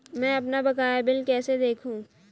मैं अपना बकाया बिल कैसे देखूं?